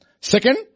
Second